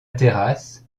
terrasse